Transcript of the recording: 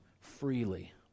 freely